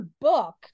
book